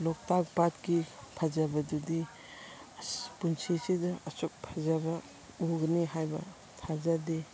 ꯂꯣꯛꯇꯥꯛ ꯄꯥꯠꯀꯤ ꯐꯖꯕꯗꯨꯗꯤ ꯑꯁ ꯄꯨꯟꯁꯤꯁꯤꯗ ꯑꯁꯨꯛ ꯐꯖꯕ ꯎꯒꯅꯤ ꯍꯥꯏꯕ ꯊꯥꯖꯗꯦ